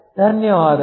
ಧನ್ಯವಾದಗಳು